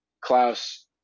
Klaus